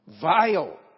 vile